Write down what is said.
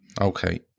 Okay